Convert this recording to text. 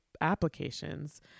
applications